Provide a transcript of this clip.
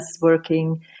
working